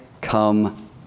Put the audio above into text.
come